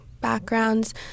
backgrounds